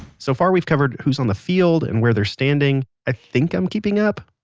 so far we've covered who's on the field, and where they're standing. i think i'm keeping up